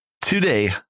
Today